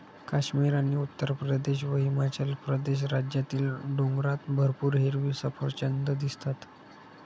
काश्मीर आणि उत्तरप्रदेश व हिमाचल प्रदेश राज्यातील डोंगरात भरपूर हिरवी सफरचंदं दिसतात